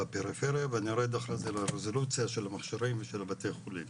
בפריפריה ונד אחרי זה לרזולוציה של המכשירים ושל בתי החולים,